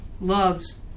loves